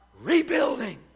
rebuilding